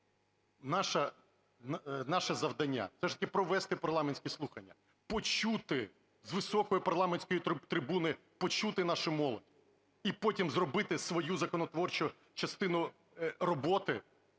наше завдання все ж таки провести парламентські слухання, почути з високої парламентської трибуни почути нашу молодь і потім зробити свою законодавчу частину роботи,